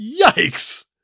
Yikes